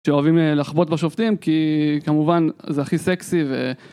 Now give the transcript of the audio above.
שאוהבים לחבוט בשופטים כי כמובן זה הכי סקסי ו...